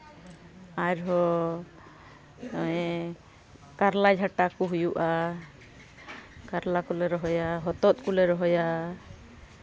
ᱟᱨ ᱦᱚᱸ ᱠᱟᱨᱞᱟ ᱡᱷᱟᱴᱟ ᱠᱚ ᱦᱩᱭᱩᱜᱼᱟ ᱠᱟᱨᱞᱟ ᱠᱚᱞᱮ ᱨᱚᱦᱚᱭᱟ ᱦᱚᱛᱚᱫ ᱠᱚᱞᱮ ᱨᱚᱦᱚᱭᱟ